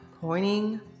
pointing